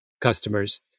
customers